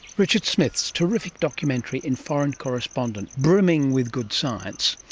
richard smith's terrific documentary in foreign correspondent, brimming with good science.